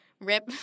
rip